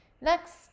next